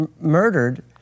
murdered